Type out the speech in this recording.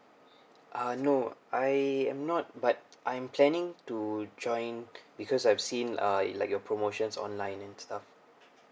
uh no I am not but I'm planning to join because I've seen uh like your promotions online and stuff